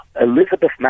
Elizabeth